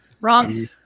Wrong